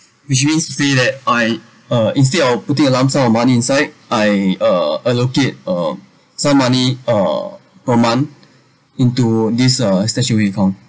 which means to say that I uh instead of putting a lump sum of money inside I uh allocate uh some money uh per month into this uh StashAway account